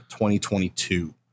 2022